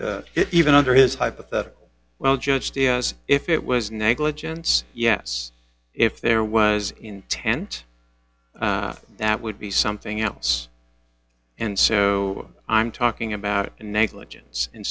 she even under his hypothetical well judged yes if it was negligence yes if there was intent that would be something else and so i'm talking about negligence and